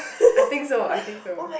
I think so I think so